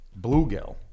bluegill